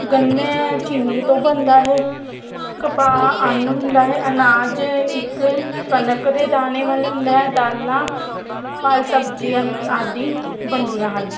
ਗੰਨੇ ਆ ਚੀਨੀ ਤੋਂ ਬਣਦਾ ਹੈ ਕਪਾਹ ਅੰਨ ਹੁੰਦਾ ਹੈ ਅਨਾਜ ਇੱਕ ਕਣਕ ਦੇ ਦਾਣੇ ਵਾਲੇ ਹੁੰਦਾ ਹੈ ਦਾਲਾਂ ਫਲ ਸਬਜ਼ੀ ਆਦਿ ਬਣਦੀਆਂ ਹਨ